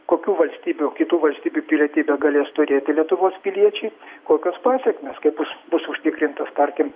kokių valstybių kitų valstybių pilietybę galės turėti lietuvos piliečiai kokios pasekmės kaip bus bus užtikrintos tarkim